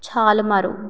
ਛਾਲ ਮਾਰੋ